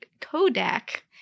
Kodak